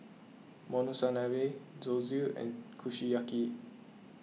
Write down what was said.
Monsunabe Zosui and Kushiyaki